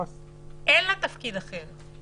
אין לה תפקיד אחר.